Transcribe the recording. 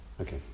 Okay